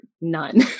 none